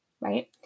right